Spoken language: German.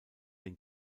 den